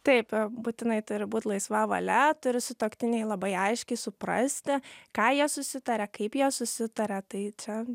taip būtinai turi būt laisva valia turi sutuoktiniai labai aiškiai suprasti ką jie susitaria kaip jie susitaria tai čia